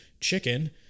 chicken